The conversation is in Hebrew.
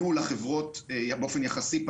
באופן יחסי,